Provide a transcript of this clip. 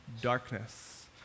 darkness